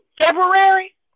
February